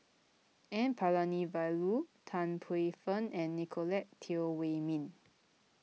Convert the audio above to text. N Palanivelu Tan Paey Fern and Nicolette Teo Wei Min